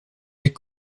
les